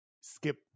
skip